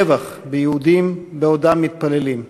טבח ביהודים בעודם מתפללים.